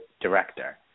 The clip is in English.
director